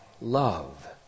love